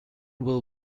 will